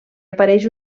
apareix